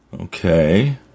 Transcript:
Okay